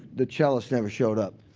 the cellist never showed up.